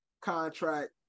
contract